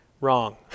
Wrong